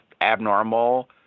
abnormal